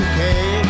Okay